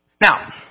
Now